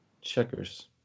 Checkers